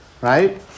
Right